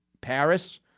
Paris